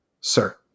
sir